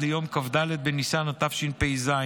עד ליום כ"ד בניסן התשפ"ז,